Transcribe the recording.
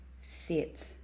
sit